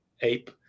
Ape